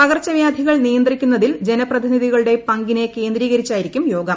പകർച്ച വ്യാധികൾ നിയന്ത്രിക്കുന്നതിൽ ജനപ്രതിനിധികളുടെ പങ്കിനെ കേന്ദ്രീകരിച്ചായിരിക്കും യോഗം